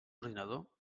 ordinador